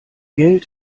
geld